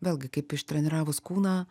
vėlgi kaip ištreniravus kūną